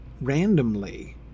randomly